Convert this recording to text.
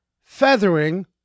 feathering